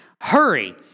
Hurry